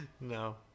No